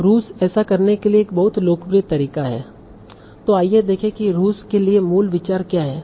अब रूज ऐसा करने के लिए एक बहुत लोकप्रिय तरीका है तो आइए देखें कि रूज के लिए मूल विचार क्या है